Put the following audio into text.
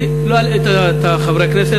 אני לא אלאה את חברי הכנסת,